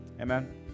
Amen